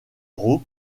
roth